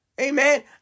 Amen